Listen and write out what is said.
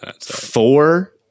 four